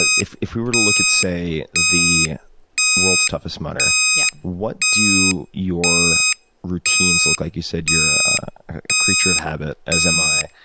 ah if if we were to look at, say, the world's toughest mudder. yeah. what do your routines look like? you said you're a creature of habit, as am i.